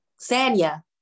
Sanya